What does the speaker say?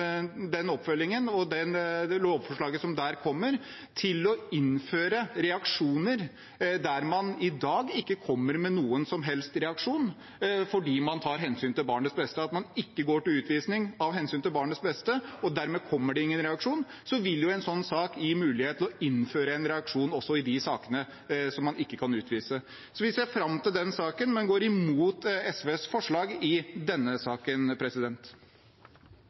lovforslaget som der kommer, til å innføre reaksjoner der man i dag ikke kommer med noen som helst reaksjon fordi man tar hensyn til barnets beste – at man ikke går til utvisning av hensyn til barnets beste. Dermed kommer det ingen reaksjon. En slik sak vil jo gi mulighet til å innføre en reaksjon også i de sakene der man ikke kan utvise. Vi ser fram til den saken, men går imot SVs forslag i denne saken.